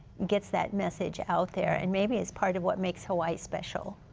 gets that message out there, and maybe it's part of what makes hawai'i special,